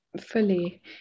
Fully